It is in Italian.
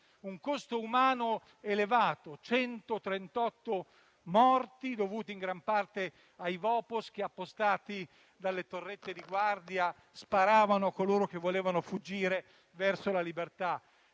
un costo umano elevato: 138 morti, dovuti in gran parte ai Vopos, che, appostati sulle torrette di guardia sparavano a coloro che volevano fuggire verso la libertà.